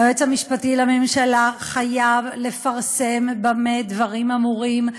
היועץ המשפטי לממשלה חייב לפרסם במה דברים אמורים,